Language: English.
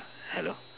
hello